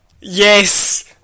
Yes